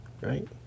right